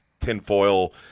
tinfoil